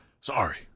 Sorry